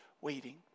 waiting